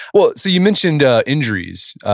well, so you mentioned ah injuries,